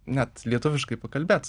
net lietuviškai pakalbėt